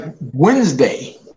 Wednesday